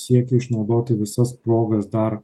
siekia išnaudoti visas progas dar